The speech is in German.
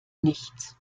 nichts